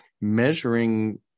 measuring